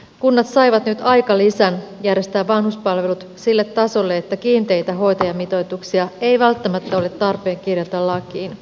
kunnat saivat nyt aikalisän järjestää vanhuspalvelut sille tasolle että kiinteitä hoitajamitoituksia ei välttämättä ole tarpeen kirjata lakiin